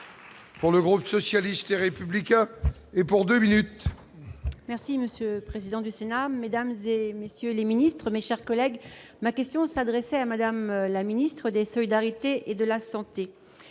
Pour le groupe socialiste et républicain et pour 2 minutes.